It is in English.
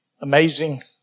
amazing